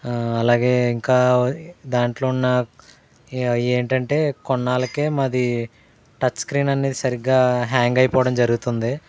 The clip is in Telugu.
అలాగే ఇంకా దాంట్లో ఉన్న ఏంటంటే కొన్నాళ్ళకే మాది టచ్స్క్రీన్ అనేది సరిగ్గా హ్యాంగ్ అయిపోవడం జరుగుతుంది